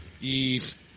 Eve